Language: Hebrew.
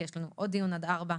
כי יש לנו עוד דיון עד ארבע.